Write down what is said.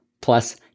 plus